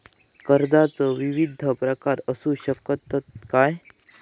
कर्जाचो विविध प्रकार असु शकतत काय?